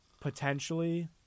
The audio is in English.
potentially